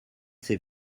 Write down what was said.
ces